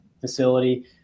facility